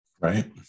right